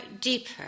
deeper